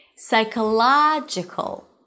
Psychological